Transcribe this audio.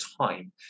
time